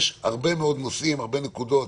יש הרבה מאוד נושאים, הרבה נקודות.